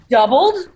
Doubled